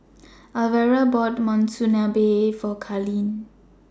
Alvera bought Monsunabe For Carlene